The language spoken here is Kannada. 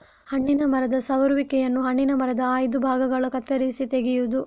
ಹಣ್ಣಿನ ಮರದ ಸಮರುವಿಕೆಯನ್ನು ಹಣ್ಣಿನ ಮರದ ಆಯ್ದ ಭಾಗಗಳನ್ನು ಕತ್ತರಿಸಿ ತೆಗೆಯುವುದು